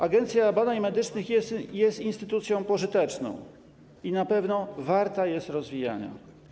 Agencja Badań Medycznych jest instytucją pożyteczną i na pewno warta jest rozwijania.